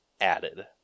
added